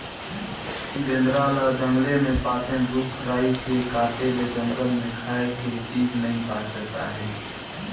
बेंदरा ल जंगले मे पातेन, रूख राई के काटे ले जंगल मे खाए के चीज नइ बाचत आहे